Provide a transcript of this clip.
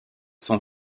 sont